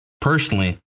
Personally